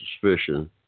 suspicion